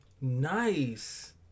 Nice